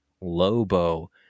Lobo